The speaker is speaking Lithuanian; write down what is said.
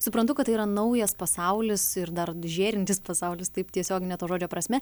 suprantu kad tai yra naujas pasaulis ir dar žėrintis pasaulis taip tiesiogine to žodžio prasme